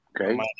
Okay